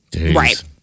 Right